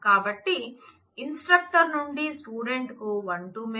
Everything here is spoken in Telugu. కాబట్టి ఇన్స్ట్రక్టర్ నుండి స్టూడెంట్ కి వన్ టూ మెనీ